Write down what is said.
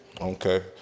Okay